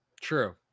True